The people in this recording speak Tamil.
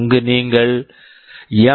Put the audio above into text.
அங்கு நீங்கள் இந்த எம்